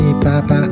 Papa